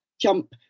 jump